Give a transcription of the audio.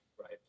right